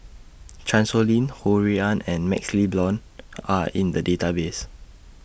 Chan Sow Lin Ho Rui An and MaxLe Blond Are in The Database